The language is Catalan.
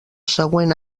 següent